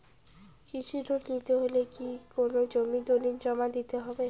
কৃষি লোন নিতে হলে কি কোনো জমির দলিল জমা দিতে হবে?